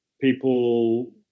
people